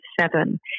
seven